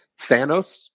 Thanos